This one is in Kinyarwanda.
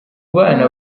bana